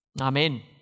Amen